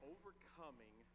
Overcoming